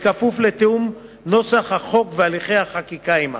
כפוף לתיאום נוסח החוק והליכי החקיקה עמה.